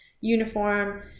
uniform